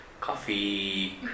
coffee